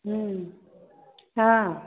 ह्म्म हँ